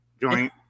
joint